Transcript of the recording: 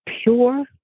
pure